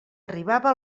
arribava